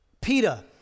PETA